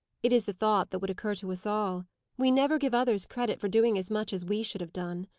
it is the thought that would occur to us all we never give others credit for doing as much as we should have done.